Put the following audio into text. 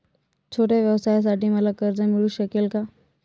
छोट्या व्यवसायासाठी मला कर्ज मिळू शकेल का?